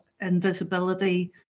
invisibility